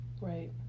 Right